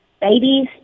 babies